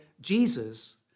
Jesus